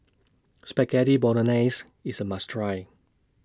Spaghetti Bolognese IS A must Try